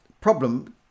problem